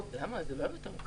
זה לא היה בכל הקווים.